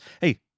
hey